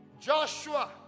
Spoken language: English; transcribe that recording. Joshua